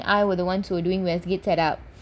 doing westgate set up